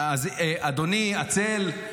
אדוני הצל,